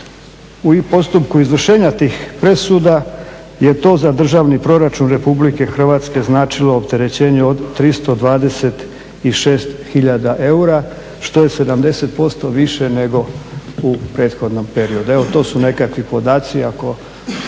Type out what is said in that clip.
u postupku izvršenja tih presuda je to za državni proračun Republike Hrvatske značilo opterećenje od 326 hiljada eura što je 70% više nego u prethodnom periodu. Evo to su nekakvi podaci ako